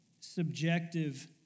subjective